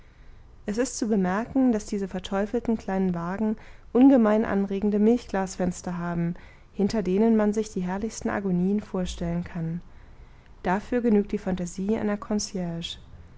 es ist zu bemerken daß diese verteufelten kleinen wagen ungemein anregende milchglasfenster haben hinter denen man sich die herrlichsten agonien vor stellen kann dafür genügt die phantasie einer